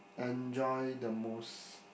enjoy the most